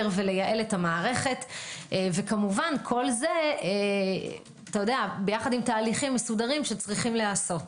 ולייעל את המערכת וכמובן כל זה ביחד עם תהליכים מסודרים שצריכים להיעשות.